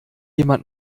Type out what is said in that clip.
jemand